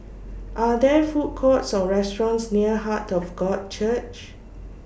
Are There Food Courts Or restaurants near Heart of God Church